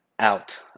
out